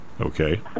Okay